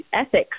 ethics